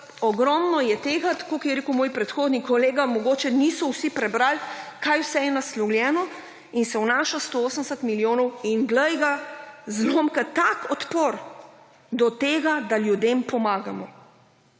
ogromno je tega, tako kot je rekel moj predhodnik kolega, mogoče niso vsi prebrali kaj vse je naslovljeno in se vnaša 180 milijonov. In glej ga zlomka, tak odpor do tega, da ljudem pomagamo.